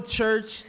church